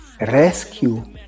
Rescue